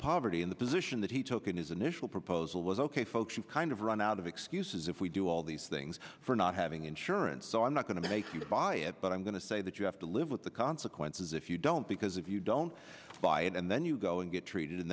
poverty in the position that he took in his initial proposal was ok folks you kind of run out of excuses if we do all these things for not having insurance so i'm not going to make you buy it but i'm going to say that you have to live with the consequences if you don't because if you don't buy it and then you go and get treated and